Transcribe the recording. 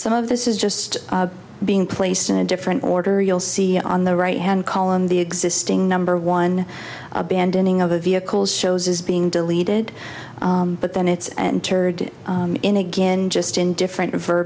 some of this is just being placed in a different order you'll see on the right hand column the existing number one abandoning of the vehicles shows is being deleted but then it's entered in again just in different